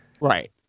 Right